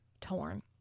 torn